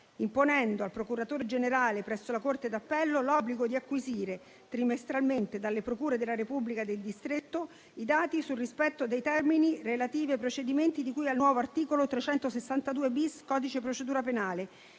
imponendo al procuratore generale presso la corte d'appello l'obbligo di acquisire trimestralmente dalle procure della Repubblica del distretto i dati sul rispetto dei termini relativi ai procedimenti di cui al nuovo articolo 362-*bis* del codice di procedura penale,